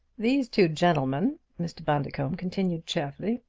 these two gentlemen, mr. bundercombe continued cheerfully,